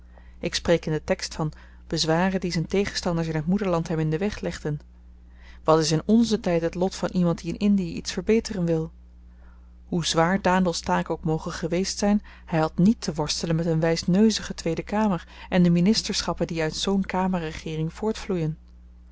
ik spreek in den tekst van bezwaren die z'n tegenstanders in t moederland hem in den weg legden wat is in nzen tyd het lot van iemand die in indiën iets verbeteren wil hoe zwaar daendels taak ook moge geweest zyn hy had niet te worstelen met n wysneuzige tweede kamer en de ministerschappen die uit zoo'n